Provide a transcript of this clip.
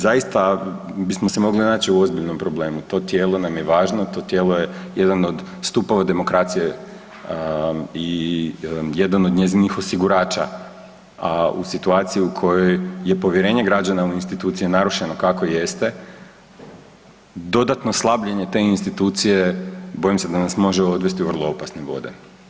Zaista bismo se mogli naći u ozbiljnom problemu, to tijelo nam je važno, to tijelo je jedan od stupova demokracije i jedan od njezinih osigurača, a u situaciju u kojoj je povjerenje građana u institucije narušeno kako jeste, dodatno slabljenje te institucije, bojim se da nas može odvesti u vrlo opasne vode.